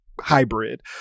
hybrid